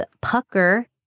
pucker